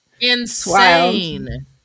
Insane